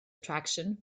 attraction